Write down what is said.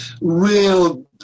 real